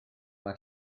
mae